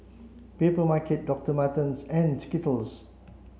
Papermarket Doctor Martens and Skittles